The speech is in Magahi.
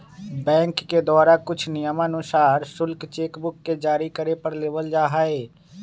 बैंक के द्वारा कुछ नियमानुसार शुल्क चेक बुक के जारी करे पर लेबल जा हई